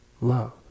love